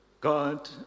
God